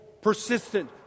persistent